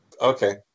Okay